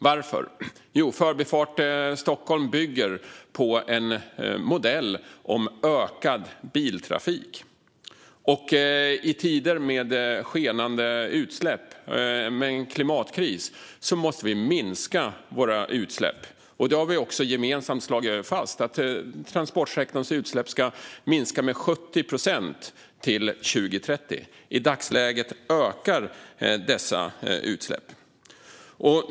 Varför? Jo, Förbifart Stockholm bygger på en modell om ökad biltrafik. I tider med skenande utsläpp och en klimatkris måste vi minska våra utsläpp. Vi har också gemensamt slagit fast att transportsektorns utsläpp ska minska med 70 procent till 2030. I dagsläget ökar dessa utsläpp.